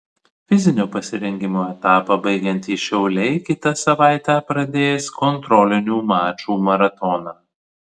fizinio pasirengimo etapą baigiantys šiauliai kitą savaitę pradės kontrolinių mačų maratoną